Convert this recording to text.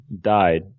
died